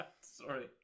Sorry